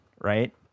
right